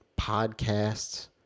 podcasts